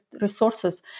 resources